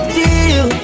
deal